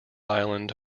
island